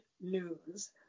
news